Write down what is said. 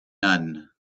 none